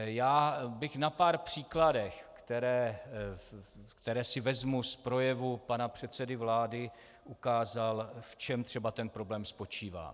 Já bych na pár příkladech, které si vezmu z projevu pana předsedy vlády, ukázal, v čem třeba ten problém spočívá.